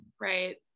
right